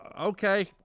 Okay